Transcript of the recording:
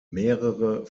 mehrere